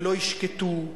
ולא ישקטו,